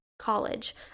College